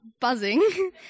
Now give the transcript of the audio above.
buzzing